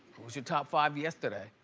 who's your top five yesterday?